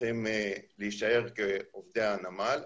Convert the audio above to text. צריכים להישאר כעובדי הנמל.